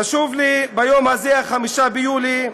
חשוב לי ביום הזה, 5 ביולי,